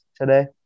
today